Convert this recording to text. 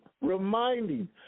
reminding